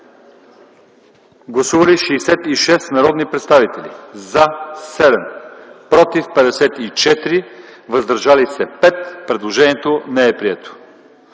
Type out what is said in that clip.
Гласували 70 народни представители: за 64, против 1, въздържали се 5. Предложението е прието.